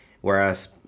whereas